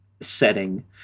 setting